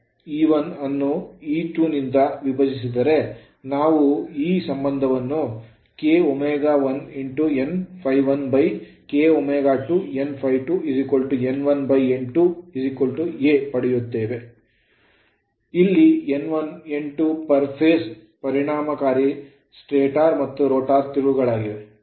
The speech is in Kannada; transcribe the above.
E1 ಅನ್ನು E2 ನಿಂದ ವಿಭಜಿಸಿದರೆ ನಾವು ಈ ಸಂಬಂಧವನ್ನು Kw1 Nph1 Kw2 Nph2 N1 N2a ಪಡೆಯುತ್ತೇವೆ ಅಲ್ಲಿ N1 N2 per phase ಪ್ರತಿ ಹಂತಕ್ಕೆ ಪರಿಣಾಮಕಾರಿ ಸ್ಟಾಟರ್ ಮತ್ತು ರೋಟರ್ ತಿರುವುಗಳಾಗಿವೆ